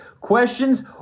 questions